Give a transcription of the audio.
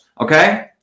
Okay